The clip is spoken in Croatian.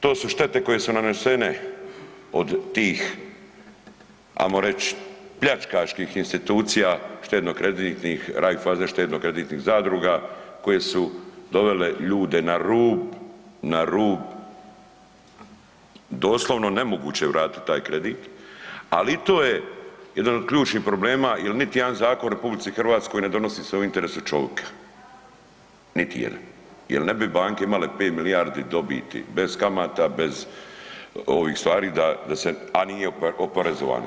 To su štete koje su nanesene od tih, ajmo reć, pljačkaških institucija štedno-kreditnih, Raiffeisen šredno-kreditnih zadruga koje su dovele ljude na rub, na rub, doslovno nemoguće je vratiti taj kredit, ali i to je jedan od ključnih problema jel niti jedan zakon u RH ne donosi se u interesu čovika, niti jedan jel ne bi banke imale 5 milijardi dobiti bez kamata, bez ovih stvari da, da se, a nije oporezovane.